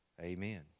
Amen